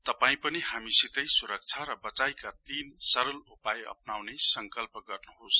तपाई पनि हामीसितै सुरक्षा र वचाइका तीन सरल उपाय अप्नाउने संकल्प गर्नुहोस